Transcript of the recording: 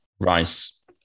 rice